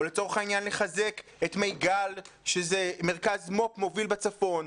או לצורך העניין לחזק את מיגל שזה מרכז מו"פ מוביל בצפון.